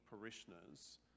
parishioners